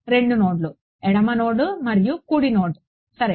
2 నోడ్లు ఎడమ నోడ్ మరియు కుడి నోడ్ సరే